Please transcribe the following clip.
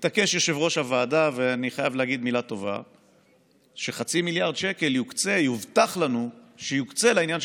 התש"ף 2020. שימו לב שמי שמצביע בעד החוק,